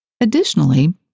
Additionally